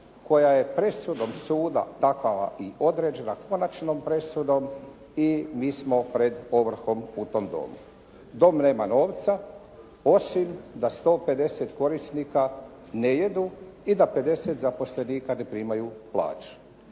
koja je presudom suda takva i određena konačnom presudom i mi smo pred ovrhom u tom domu. Dom nema novca osim da 150 korisnika ne jedu i da 50 zaposlenika ne primaju plaću.